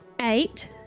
Eight